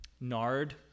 Nard